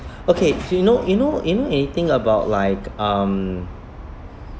okay you know you know you know anything about like um